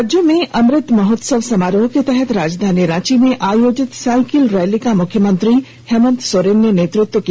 राज्य में अमृत महोत्सव समारोह के तहत राजधानी रांची में आयोजित साइकिल रैली का मुख्यमंत्री हेमंत सोरेन ने नेतृत्व किया